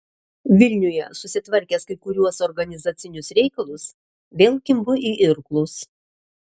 vilniuje susitvarkęs kai kuriuos organizacinius reikalus vėl kimbu į irklus